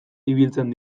ibiltzen